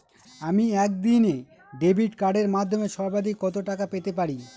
আমি একদিনে ডেবিট কার্ডের মাধ্যমে সর্বাধিক কত টাকা পেতে পারি?